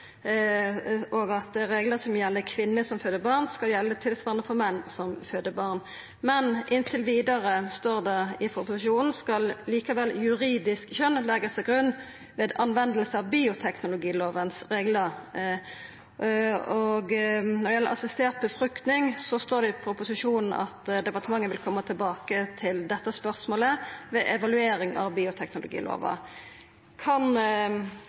bl.a. «for regler om kjønnskvotering», men at fødselskjønnet skal leggjast «til grunn dersom det er nødvendig for å kunne etablere foreldreskap og foreldreansvar etter reglene i barneloven», og at «regler som gjelder kvinner som føder barn, skal gjelde tilsvarende for menn som føder barn». «Inntil videre», står det i proposisjonen, skal likevel juridisk kjønn leggjast til grunn «ved anvendelse av bioteknologilovens regler». Når det gjeld assistert befruktning, står det i